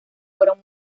fueron